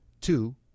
two